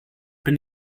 bin